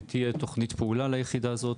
תהיה תוכנית פעולה ליחידה הזאת,